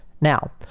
Now